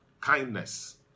kindness